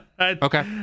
okay